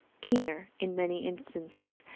keener in many instances,